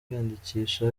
kwiyandikisha